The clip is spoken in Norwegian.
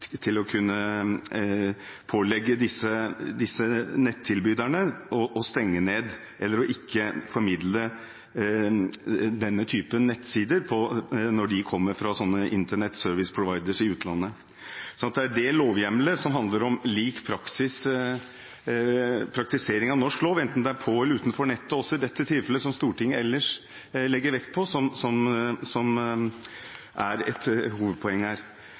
til å kunne pålegge disse nettilbyderne å stenge ned eller ikke å formidle denne type nettsider når de kommer fra slike «Internet service providers» i utlandet. Så det er de lovhjemlene, som handler om lik praktisering av norsk lov, enten det er på eller utenfor nettet, som Stortinget ellers legger vekt på, som er et hovedpoeng her.